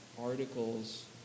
articles